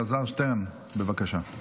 חבר הכנסת אלעזר שטרן, בבקשה.